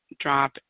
drop